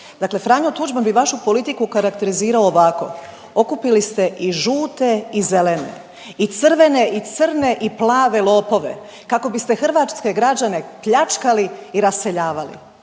Franjo Tuđman bi vašu politiku karakterizirao ovako, okupili ste i žute i zelene i crvene i crne i plave lopove kako biste hrvatske građane pljačkali i raseljavali.